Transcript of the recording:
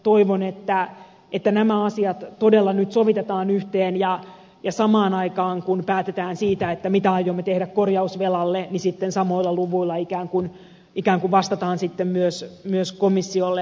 toivon että nämä asiat todella nyt sovitetaan yhteen ja samaan aikaan kun päätetään siitä mitä aiomme tehdä korjausvelalle niin sitten samoilla luvuilla ikään kuin vastataan sitten myös komissiolle